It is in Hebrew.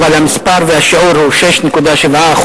אבל המספר והשיעור הוא 6.7%,